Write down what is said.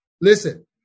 Listen